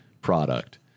product